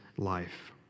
life